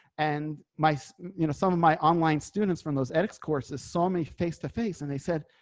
and my you know some of my online students from those edx courses so many face to face. and they said,